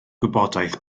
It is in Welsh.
gwybodaeth